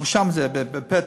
רשם את זה בפתק.